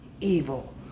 evil